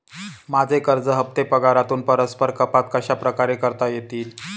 माझे कर्ज हफ्ते पगारातून परस्पर कपात कशाप्रकारे करता येतील?